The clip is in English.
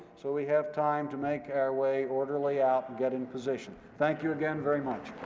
so we have time to make our way orderly out and get in position. thank you again very much.